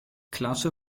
klasse